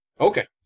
Okay